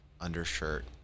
undershirt